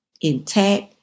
intact